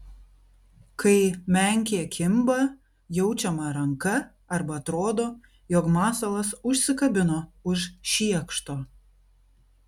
kai menkė kimba jaučiama ranka arba atrodo jog masalas užsikabino už šiekšto